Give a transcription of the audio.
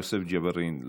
יוסף ג'בארין,